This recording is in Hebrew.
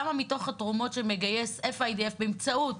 כמה מתוך התרומות שמגייס FIDF באמצעות